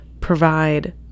provide